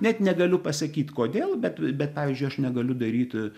net negaliu pasakyt kodėl bet bet pavyzdžiui aš negaliu daryt